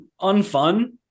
unfun